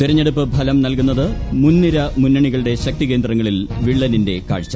തെരഞ്ഞെടുപ്പ് ഫലം നൽകുന്നത് മുൻനിര ന് മുന്നണികളുടെ ശക്തിക്രേന്ദങ്ങളിൽ വിള്ളലിന്റെ കാഴ്ച